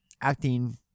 acting